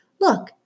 Look